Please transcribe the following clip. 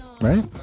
Right